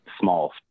small